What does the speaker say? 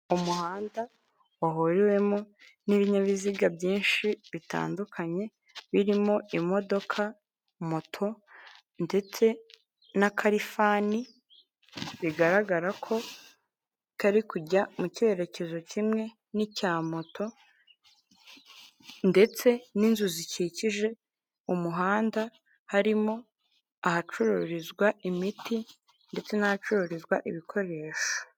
Umuhanda wahuriwemo n'ibinyabiziga byinshi bitandukanye, birimo imodoka, moto ndetse n'akarifani bigaragara ko kari kujya mu cyerekezo kimwe n'icya moto ndetse n'inzu zikikije umuhanda, harimo ahacururizwa imiti ndetse n'ahacururizwa ibikoresho.